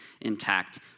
intact